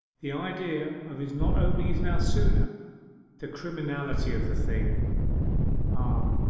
the idea of his not opening his mouth sooner the criminality of the thing ah,